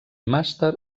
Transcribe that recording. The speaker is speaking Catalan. màster